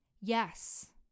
Yes